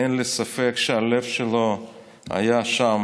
אין לי ספק שהלב שלו היה שם.